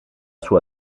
sua